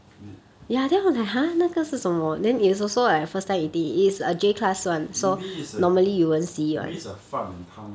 maybe is a maybe is a 饭 and 汤